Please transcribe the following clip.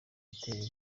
bitero